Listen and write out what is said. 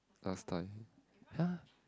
last time ya